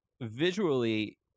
visually